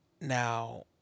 Now